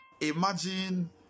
imagine